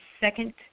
second